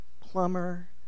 plumber